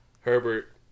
Herbert